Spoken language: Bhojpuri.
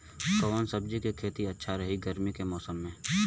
कवना सब्जी के खेती अच्छा रही गर्मी के मौसम में?